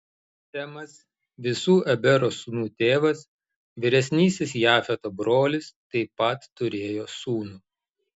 semas visų ebero sūnų tėvas vyresnysis jafeto brolis taip pat turėjo sūnų